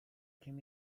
came